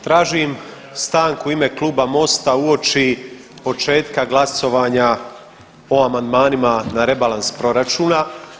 Tražim stanku u ime Kluba MOST-a uoči početka glasovanja o amandmanima na rebalans proračuna.